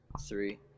three